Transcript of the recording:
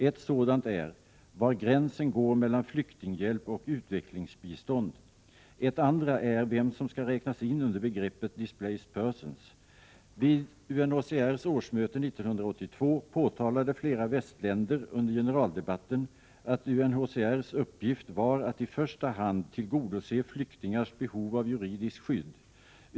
Ett sådant är var gränsen går mellan flyktinghjälp och utvecklingsbistånd, ett andra är vem som skall räknas in under begreppet ”displaced persons”. Vid UNHCR:s årsmöte 1982 påtalade flera västländer under generaldebatten att UNHCR:s uppgift var att i första hand tillgodose flyktingars behov av juridiskt skydd.